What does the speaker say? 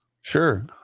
sure